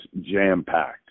jam-packed